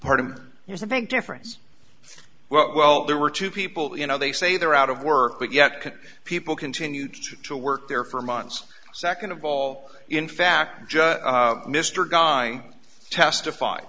part of there's a big difference well there were two people you know they say they're out of work but yet can people continue to work there for months second of all in fact just mr guy testified